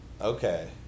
Okay